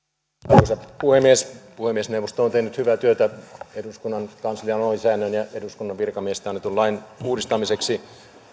arvoisa puhemies puhemiesneuvosto on tehnyt hyvää työtä eduskunnan kanslian ohjesäännön ja eduskunnan virkamiehistä annetun lain uudistamiseksi